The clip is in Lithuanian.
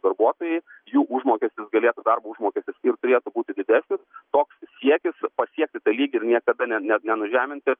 darbuotojai jų užmokestis galėtų darbo užmokestis ir turėtų būti didesnis toks siekis pasiekti tą lygį ir niekada ne nenužeminti